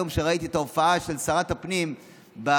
היום ראיתי את ההופעה של שרת הפנים בוועדה